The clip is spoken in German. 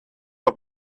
auf